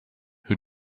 who